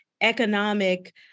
economic